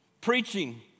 preaching